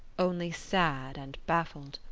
only sad and baffled.